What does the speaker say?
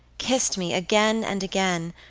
kissed me again and again,